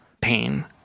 pain